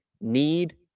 need